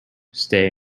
stay